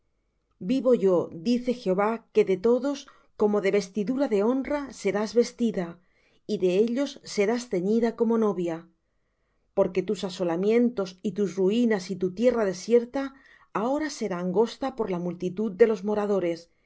vivo yo dice jehová que de todos como de vestidura de honra serás vestida y de ellos serás ceñida como novia porque tus asolamientos y tus ruinas y tu tierra desierta ahora será angosta por la multitud de los moradores